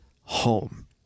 home